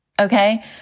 Okay